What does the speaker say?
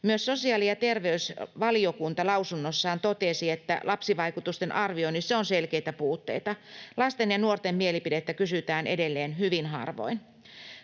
Myös sosiaali- ja terveysvaliokunta lausunnossaan totesi, että lapsivaikutusten arvioinnissa on selkeitä puutteita. Lasten ja nuorten mielipidettä kysytään edelleen hyvin harvoin.